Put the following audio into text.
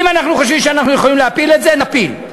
אם אנחנו חושבים שאנחנו יכולים להפיל את זה, נפיל.